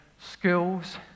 skills